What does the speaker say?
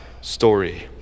story